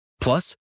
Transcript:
plus